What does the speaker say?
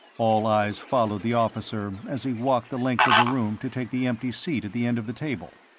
all eyes followed the officer as he walked the length of the room to take the empty seat at the end of the table.